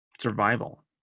survival